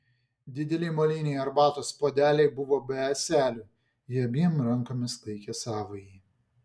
dideli moliniai arbatos puodeliai buvo be ąselių ji abiem rankomis laikė savąjį